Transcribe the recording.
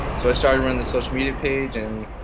so i started running the social media page and